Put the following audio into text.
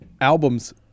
album's